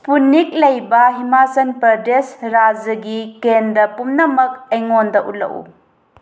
ꯏꯁꯄꯨꯠꯅꯤꯛ ꯂꯩꯕ ꯍꯤꯃꯥꯆꯜ ꯄ꯭ꯔꯗꯦꯁ ꯔꯥꯏꯖ꯭ꯌꯥꯒꯤ ꯀꯦꯟꯗ꯭ꯔ ꯄꯨꯝꯅꯃꯛ ꯑꯩꯉꯣꯟꯗ ꯎꯠꯂꯛꯎ